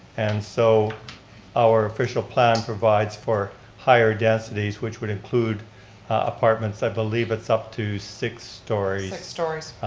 and so our official plan provides for higher densities, which would include apartments, i believe it's up to six stories six stories?